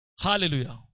Hallelujah